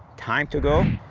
time to go.